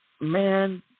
man